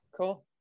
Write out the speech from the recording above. Cool